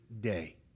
day